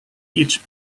each